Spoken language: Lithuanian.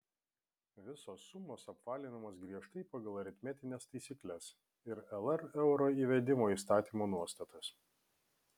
visos sumos apvalinamos griežtai pagal aritmetines taisykles ir lr euro įvedimo įstatymo nuostatas